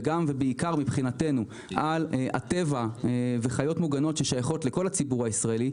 ובעיקר מבחינתנו על הטבע ועל חיות מוגנות ששייכות לכל הציבור הישראלי,